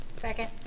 Second